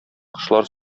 кошлар